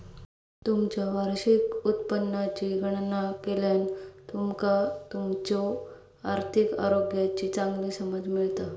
तुमचा वार्षिक उत्पन्नाची गणना केल्यान तुमका तुमच्यो आर्थिक आरोग्याची चांगली समज मिळता